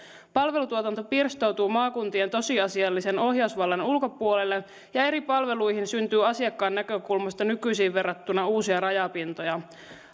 palvelutuotanto pirstoutuu maakuntien tosiasiallisen ohjausvallan ulkopuolelle ja eri palveluihin syntyy asiakkaan näkökulmasta nykyisiin verrattuna uusia rajapintoja